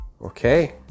Okay